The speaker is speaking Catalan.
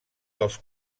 dels